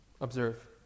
observe